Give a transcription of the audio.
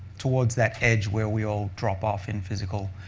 towards that edge where we all drop off in physical